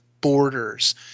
borders